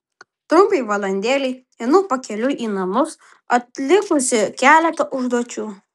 trumpai valandėlei einu pakeliui į namus atlikusi keletą užduočių